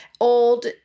old